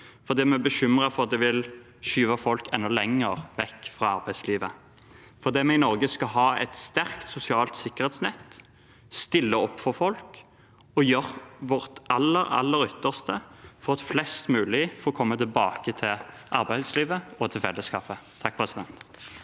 fordi vi er bekymret for at det vil skyve folk enda lenger vekk fra arbeidslivet, og fordi vi i Norge skal ha et sterkt sosialt sikkerhetsnett, stille opp for folk og gjøre vårt aller, aller ytterste for at flest mulig får komme tilbake til arbeidslivet og fellesskapet. Statsråd